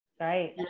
Right